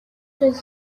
was